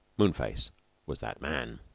moon-face was that man.